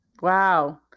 Wow